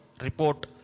report